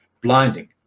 blinding